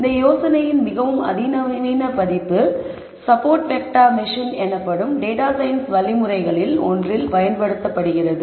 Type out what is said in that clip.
இந்த யோசனையின் மிகவும் அதிநவீன பதிப்பு சப்போர்ட் வெக்டார் மெஷின் எனப்படும் டேட்டா சயின்ஸ் வழிமுறைகளில் ஒன்றில் பயன்படுத்தப்படுகிறது